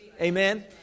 Amen